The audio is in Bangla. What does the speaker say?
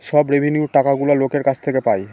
সব রেভিন্যুয়র টাকাগুলো লোকের কাছ থেকে পায়